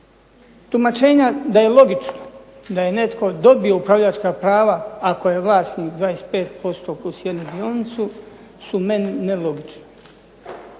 Tumačenja da je logično da je netko dobio upravljačka prava ako je vlasnik 25%+1 dionicu su meni nelogična.